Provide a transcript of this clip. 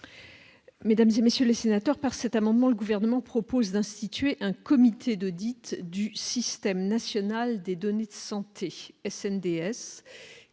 Mesdames et messieurs les sénateurs par cet amendement, le gouvernement propose d'instituer un comité de dite du système national des données de santé et CNDS